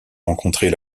rencontrer